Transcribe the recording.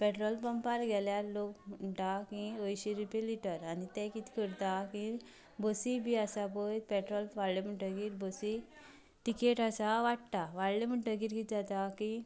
petrol पंपार गेल्यार लोक म्हणटा की अंयशीं रुपया लिटर आनी तें किद करता की बसी बी आसा पळय पेट्रोल वाडल्ल्या म्हणटगीर बसी तिकेट आसा वाडटा वाडल्या म्हणटगीर किद जाता की